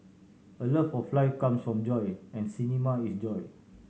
a love of life comes from joy and cinema is joy